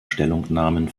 stellungnahmen